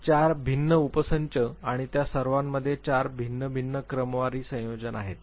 तर 4 भिन्न उपसंच आणि त्या सर्वांमध्ये 4 भिन्न भिन्न क्रमवारी संयोजन आहेत